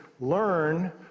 learn